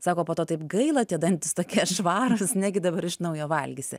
sako po to taip gaila tie dantys tokie švarūs negi dabar iš naujo valgysi